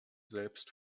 selbst